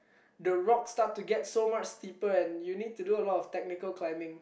the rocks start to get so much steeper and you need to do a lot of technical climbing